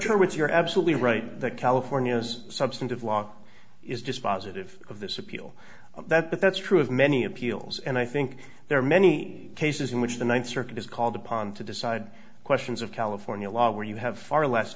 with you're absolutely right that california's substantive law is dispositive of this appeal that but that's true of many appeals and i think there are many cases in which the ninth circuit is called upon to decide questions of california law where you have far less